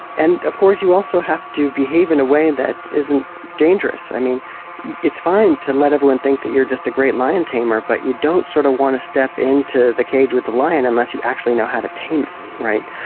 and of course you also have to be behave in a way that isn't dangerous. i mean it's fine to let everyone think that you're just a great lion tamer but you don't sort of want to step in to the cage with the lion unless you actually know how to tame it.